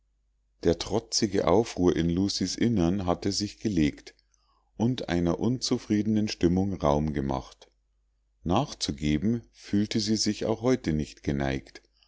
der trotzige aufruhr in lucies innern hatte sich gelegt und einer unzufriedenen stimmung raum gemacht nachzugeben fühlte sie sich auch heute nicht geneigt